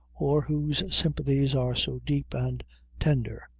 or whose sympathies are so deep and tender,